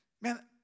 man